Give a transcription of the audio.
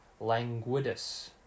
languidus